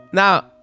Now